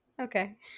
okay